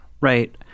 Right